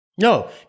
No